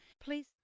please